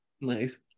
Nice